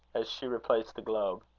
as she replaced the globe,